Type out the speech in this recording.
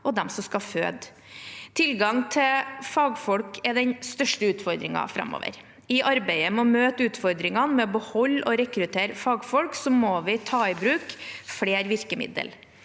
og dem som skal føde. Tilgang til fagfolk er den største utfordringen framover. I arbeidet med å møte utfordringene med å beholde og rekruttere fagfolk må vi ta i bruk flere virkemidler.